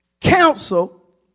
counsel